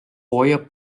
hooaja